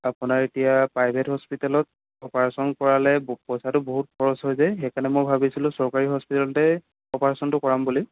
আপোনাৰ এতিয়া প্ৰাইভেট হস্পিটেলত অপাৰেচন কৰালে পইচাটো বহুত খৰচ হৈ যায় সেইকাৰণে মই ভাবিছিলোঁ চৰকাৰী হস্পিটেলতে অপাৰেচনটো কৰাম বুলি